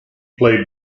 played